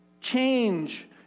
Change